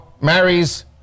marries